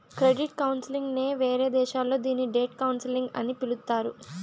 credit counselling నే వేరే దేశాల్లో దీన్ని డెట్ కౌన్సిలింగ్ అని పిలుత్తారు